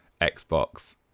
Xbox